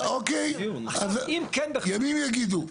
אוקיי, ימים יגידו.